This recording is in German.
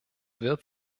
wird